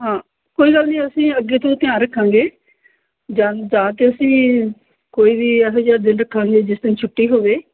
ਹਾਂ ਕੋਈ ਗੱਲ ਨਹੀਂ ਅਸੀਂ ਅੱਗੇ ਤੋਂ ਧਿਆਨ ਰੱਖਾਂਗੇ ਜਾਣ ਜਾ ਕੇ ਅਸੀਂ ਵੀ ਕੋਈ ਵੀ ਇਹੋ ਜਿਹਾ ਦਿਨ ਰੱਖਾਂਗੇ ਜਿਸ ਦਿਨ ਛੁੱਟੀ ਹੋਵੇ